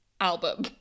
album